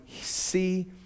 see